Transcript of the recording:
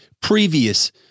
previous